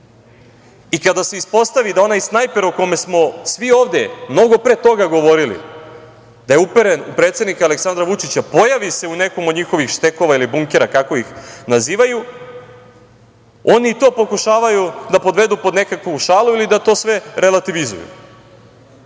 Kada se ispostavi da je onaj snajper, o kome smo svi ovde mnogo pre toga govorili, uperen u predsednika Aleksandra Vučića, pojavi se u nekom od njihovih štekova ili bunkera, kako ih nazivaju, oni i to pokušavaju da podvedu pod nekakvu šalu ili da to sve relativizuju. Samo